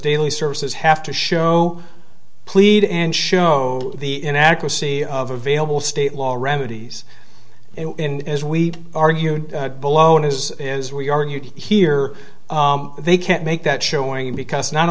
daily services have to show plead and show the inadequacy of available state law remedies in as we argued blown as it is we argued here they can't make that showing because not